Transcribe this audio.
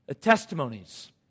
Testimonies